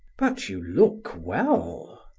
but you look well.